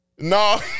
No